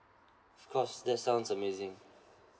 of course that sounds amazing